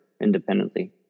independently